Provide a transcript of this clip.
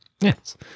Yes